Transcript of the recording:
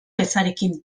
ezarekin